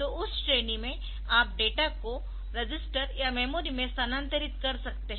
तो उस श्रेणी में आप डेटा को रजिस्टर या मेमोरी में स्थानांतरित कर सकते है